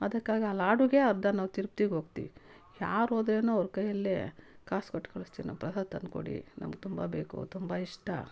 ಅದಕ್ಕಾಗಿ ಆ ಲಾಡುಗೆ ಅರ್ಧ ನಾವು ತಿರುಪ್ತೀಗ್ ಹೋಗ್ತಿವಿ ಯಾರು ಹೋದ್ರೇ ಅವ್ರ ಕೈಯಲ್ಲಿ ಕಾಸು ಕೊಟ್ಟು ಕಳಿಸ್ತೀವಿ ನಾವು ಪ್ರಸಾದ ತಂದುಕೊಡಿ ನಮ್ಗೆ ತುಂಬ ಬೇಕು ತುಂಬ ಇಷ್ಟ ಅಂತ